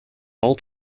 all